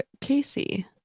Casey